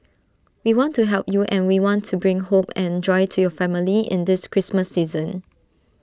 we want to help you and we want to bring hope and joy to your family in this Christmas season